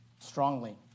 strongly